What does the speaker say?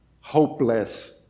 hopeless